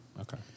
Okay